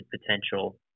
potential